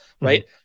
right